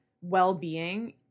well-being